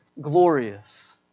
glorious